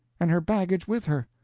and her baggage with her.